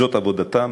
זאת עבודתם,